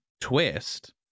twist